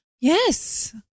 Yes